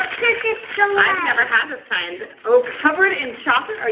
turkish delight. i've never had this kind. oh, covered in chocolate, are